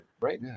right